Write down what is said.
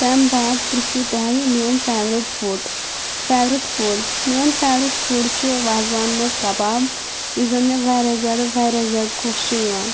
تَمہِ بعد پِرژھُو تۄہہِ میون فیورِٹ فُٹ فیورِٹ فُڈ میون فیورِٹ فُڈ چھُ وازوانہٕ منٛز کَباب یُس زن مےٚ واریاہ زیادٕ واریاہ زیادٕ خۄش چھُ یِوان